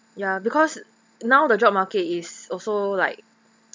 ya because now the job market is also like